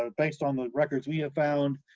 ah based on the records we have found,